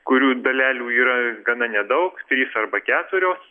kurių dalelių yra gana nedaug trys arba keturios